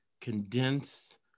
condensed